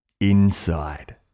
inside